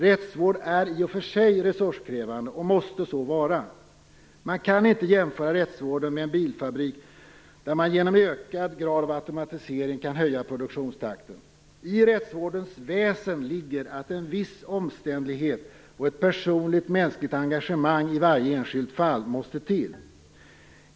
Rättsvård är i sig resurskrävande och måste så vara. Man kan inte jämföra rättsvården med en bilfabrik där man genom ökad grad av automatisering kan höja produktionstakten. I rättsvårdens väsen ligger att en viss omständlighet och ett personligt, mänskligt engagemang i varje enskilt fall måste till.